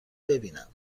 ببینم